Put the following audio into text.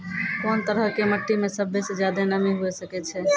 कोन तरहो के मट्टी मे सभ्भे से ज्यादे नमी हुये सकै छै?